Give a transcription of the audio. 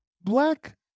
black